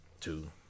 Two